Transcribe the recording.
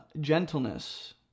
gentleness